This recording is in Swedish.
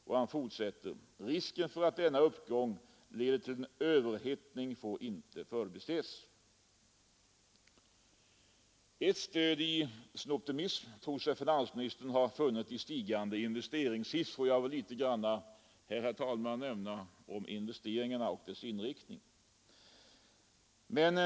Och han fortsätter: ”Risken för att denna uppgång leder till en överhettning får inte förbises.” Ett stöd i sin optimism tror sig finansministern ha funnit i stigande investeringssiffror. Jag vill därför säga några ord om investeringarna och deras inriktning.